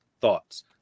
Thoughts